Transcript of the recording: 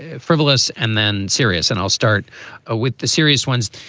frivilous and then serious. and i'll start ah with the serious ones.